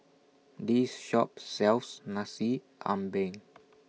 This Shop sells Nasi Ambeng